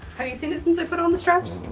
have you seen this since i put on the straps?